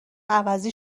عوضی